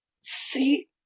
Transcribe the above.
See